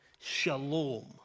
shalom